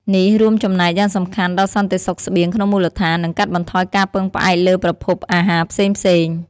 នេះរួមចំណែកយ៉ាងសំខាន់ដល់សន្តិសុខស្បៀងក្នុងមូលដ្ឋាន និងកាត់បន្ថយការពឹងផ្អែកលើប្រភពអាហារផ្សេងៗ។